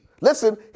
listen